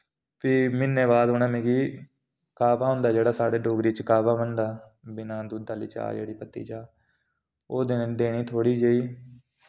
फ्ही म्हीने बाद उ'नें मिकी कावा होंदा जेह्ड़ा साढ़े डोगरी च कावा बनदा बिना दुध्द आह्ली चाह् जेह्ड़ी पत्ती चाह् ओह् देने थोह्ड़ी जेही